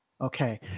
Okay